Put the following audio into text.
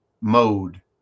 mode